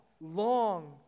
long